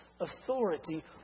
authority